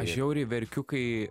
aš žiauriai verkiu kai